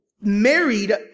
married